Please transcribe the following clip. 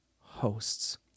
hosts